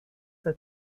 that